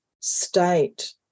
state